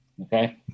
Okay